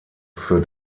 für